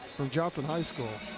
from johnson high school.